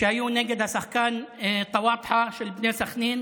שהיו נגד השחקן טוואטחה של בני סח'נין.